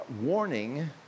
warning